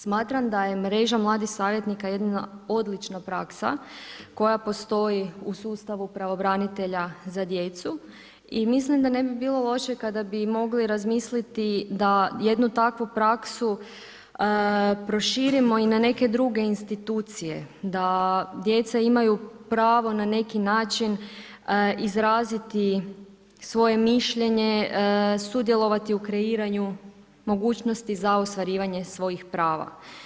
Smatram da je mreža mladih savjetnika jedna odlična praksa koja postoji u sustavu pravobranitelja za djecu i mislim da ne bi bilo loše kada bi mogli razmisliti da jednu takvu praksu proširimo i na neke druge institucije, da djeca imaju pravo na neki način izraziti svoje mišljenje, sudjelovati u kreiranju mogućnosti za ostvarivanje svojih prava.